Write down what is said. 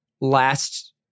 Last